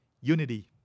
unity